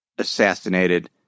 assassinated